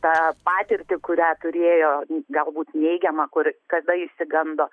tą patirtį kurią turėjo galbūt neigiamą kur kada išsigando